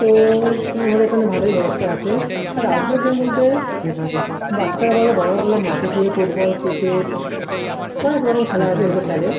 তো আমাদের এখানে ভালোই ব্যবস্থা আছে আর আউটডোর গেম বলতে বাচ্চারা বলো বড়রা বলো মাঠে গিয়ে ফুটবল ক্রিকেট অনেকরকম খেলা আছে যেগুলো খেলে